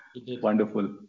wonderful